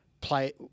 play